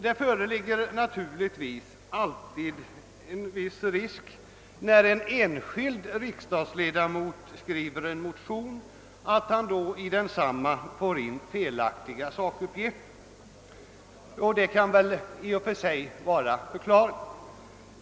Det föreligger naturligtvis alltid en viss risk för att det när en enskild riksdagsledamot skriver en motion i densamma kommer in felaktiga sakuppgifter, vilket väl i för sig är förklarligt.